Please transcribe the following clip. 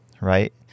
right